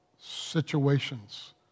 situations